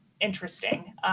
interesting